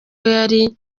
yari